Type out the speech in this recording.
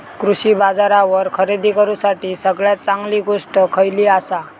कृषी बाजारावर खरेदी करूसाठी सगळ्यात चांगली गोष्ट खैयली आसा?